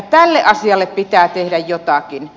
tälle asialle pitää tehdä jotakin